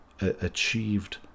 achieved